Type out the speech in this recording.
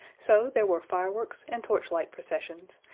so there were fireworks and torchlight processions,